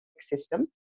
system